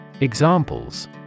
Examples